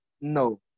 no